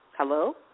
Hello